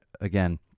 again